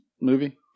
movie